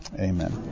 Amen